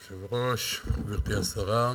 אדוני היושב-ראש, גברתי השרה,